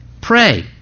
pray